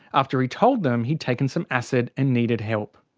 after he told them he'd taken some acid, and needed help.